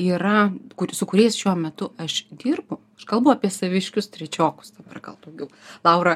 yra kur su kuriais šiuo metu aš dirbu aš kalbu apie saviškius trečiokus dabar gal daugiau laura